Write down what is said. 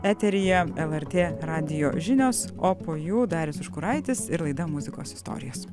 eteryje lrt radijo žinios o po jų darius užkuraitis ir laida muzikos istorijos